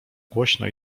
głośno